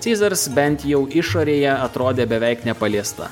ceasars bent jau išorėje atrodė beveik nepaliesta